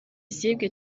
zibwe